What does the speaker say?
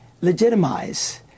legitimize